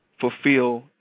fulfill